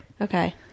okay